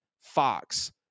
Fox